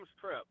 trip